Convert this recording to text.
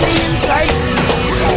inside